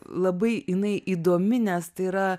labai jinai įdomi nes tai yra